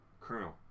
Colonel